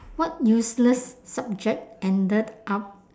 what useless subject ended up